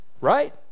right